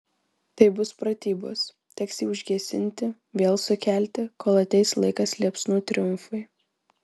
tai bus pratybos teks jį užgesinti vėl sukelti kol ateis laikas liepsnų triumfui